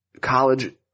college